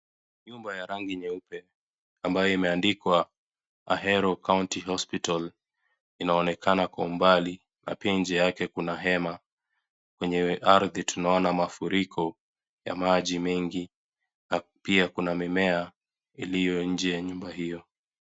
Nyumba ya rangi nyeupe ambayo imeandikwa ahero county hospital inaonekana kwa umbali na pia nje yake kuna hema. Kwenye ardhi tunaona mafuriko ya maji mengi na pia kuna mimea iliyo nje ya nyumba hiyo.